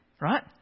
Right